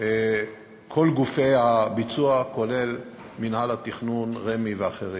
כל גופי הביצוע, כולל מינהל התכנון, רמ"י ואחרים?